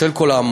בשל כל האמור,